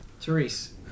Therese